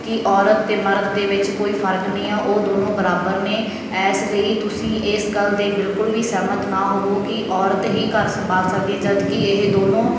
ਕਿ ਔਰਤ ਅਤੇ ਮਰਦ ਦੇ ਵਿੱਚ ਕੋਈ ਫਰਕ ਨਹੀਂ ਹੈ ਉਹ ਦੋਨੋਂ ਬਰਾਬਰ ਨੇ ਇਸ ਲਈ ਤੁਸੀਂ ਇਸ ਗੱਲ ਦੇ ਬਿਲਕੁਲ ਵੀ ਸਹਿਮਤ ਨਾ ਹੋਵੋ ਕਿ ਔਰਤ ਹੀ ਘਰ ਸੰਭਾਲ ਸਕਦੀ ਹੈ ਜਦਕਿ ਇਹ ਦੋਨੋਂ